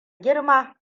girma